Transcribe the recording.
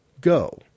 Go